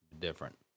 different